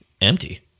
empty